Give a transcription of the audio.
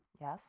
Yes